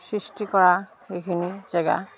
সৃষ্টি কৰা এইখিনি জেগা